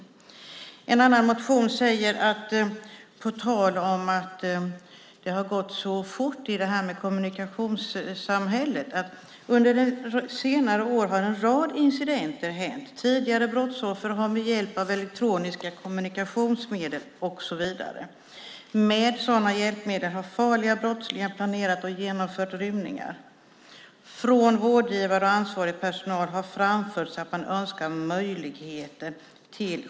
I en annan motion sägs, på tal om att det har gått så fort med kommunikationssamhället: "Under senare år har en rad incidenter" inträffat. "Tidigare brottsoffer har med hjälp av elektroniska kommunikationsmedel ." och så vidare. "Med elektroniska hjälpmedel har farliga brottslingar planerat och genomfört rymningar." "Från vårdgivare och ansvarig personal har framförts att man önskar möjligheter till .